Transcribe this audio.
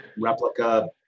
replica